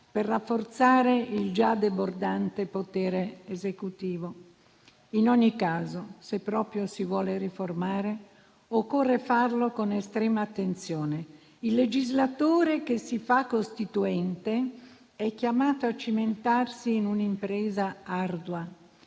per rafforzare il già debordante potere esecutivo. In ogni caso, se proprio si vuole riformare, occorre farlo con estrema attenzione. Il legislatore che si fa costituente è chiamato a cimentarsi in un'impresa ardua: